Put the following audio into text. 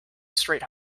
straight